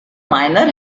miner